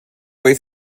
way